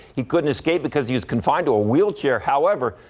he couldn't escape because he is confined to a wheelchair, however,